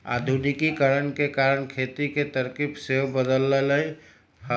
आधुनिकीकरण के कारण खेती के तरकिब सेहो बदललइ ह